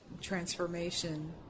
transformation